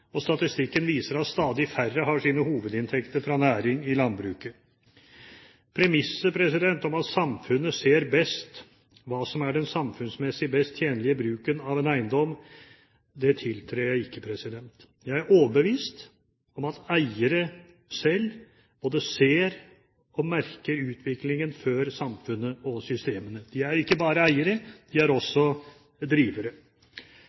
og statistikken viser at stadig færre har sine hovedinntekter fra næring i landbruket. Premisset om at samfunnet ser best hva som er den samfunnsmessig best tjenlige bruken av en eiendom, tiltrer jeg ikke. Jeg er overbevist om at eiere selv både ser og merker utviklingen før samfunnet og systemet. De er ikke bare eiere, de er også drivere.